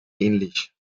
ähnlich